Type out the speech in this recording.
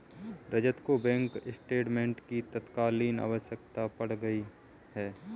रजत को bank statement की तत्काल आवश्यकता पड़ गई है